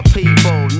people